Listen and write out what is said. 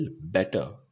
better